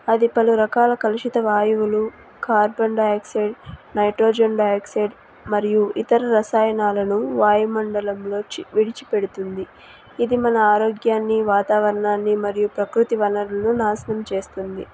అది పలు రకాల కలుషిత వాయువులు కార్బన్ డైయాక్సైడ్ నైట్రోజన్ డైయాక్సైడ్ మరియు ఇతర రసాయనాలను వాయు మండలంలోకి విడిచి పెడుతుంది ఇది మన ఆరోగ్యాన్ని వాతావరణాన్ని మరియు ప్రకృతి వనరులను నాశనం చేస్తుంది